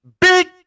big